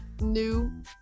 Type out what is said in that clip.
new